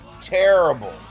terrible